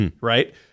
Right